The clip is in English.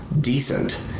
decent